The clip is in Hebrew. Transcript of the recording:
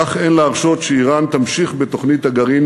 כך אין להרשות שאיראן תמשיך בתוכנית הגרעין